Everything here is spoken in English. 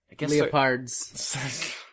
Leopards